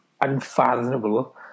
unfathomable